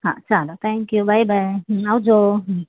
હા ચાલો thank you bye bye આવજો